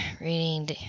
reading